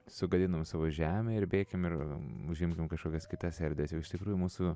sugadinom savo žemę ir bėkim ir užimkim kažkokias kitas erdves iš tikrųjų mūsų